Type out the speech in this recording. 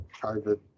COVID